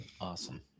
Awesome